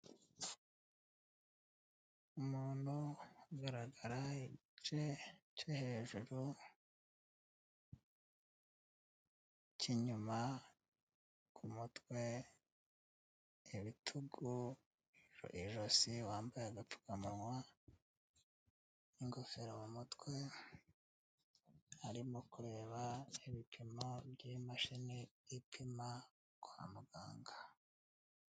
Umuntu ugaragara igice cyo hejuru cy'inyuma ku mutwe, ibitugu, ijosi, wambaye agapfukamunwa n'ingofero mu mutwe, arimo kureba ibipimo by'imashini ipima kwa muganga.